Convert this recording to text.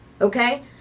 okay